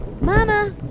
Mama